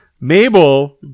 Mabel